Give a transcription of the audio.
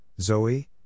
Zoe